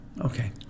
Okay